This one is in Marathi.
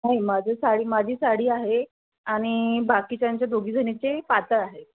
नाही माझी साडी माझी साडी आहे आणि बाकीच्यांच्या दोघीजणींचे पातळ आहे